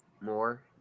more